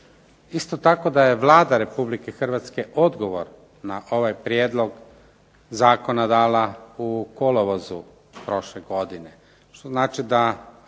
Isto tako da je Vlada Republike Hrvatske odgovor na ovaj prijedlog zakona dala u kolovozu prošle godine.